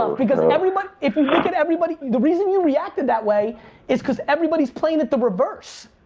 um because everyone, if you look at everybody, the reason you reacted that way is cause everybody's playing it the reverse.